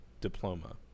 diploma